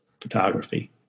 photography